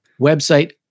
website